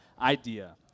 idea